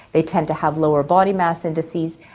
they tend to have lower body mass indices,